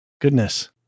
Goodness